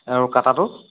আৰু কটাটো